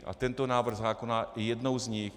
A tento návrh zákona je jednou z nich.